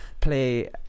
play